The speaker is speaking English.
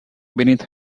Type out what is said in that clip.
beneath